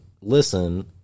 listen